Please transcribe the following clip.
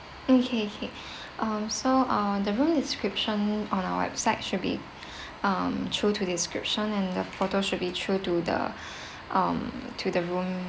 okay K um so uh the room description on our website should be um true to the inscription and the photos should be true to the um to the room